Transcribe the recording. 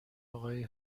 آقای